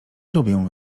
lubię